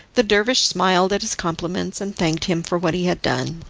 the dervish smiled at his compliments, and thanked him for what he had done.